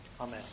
Amen